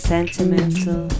Sentimental